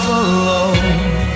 alone